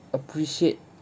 appreciate